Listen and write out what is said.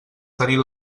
tenir